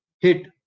hit